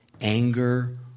anger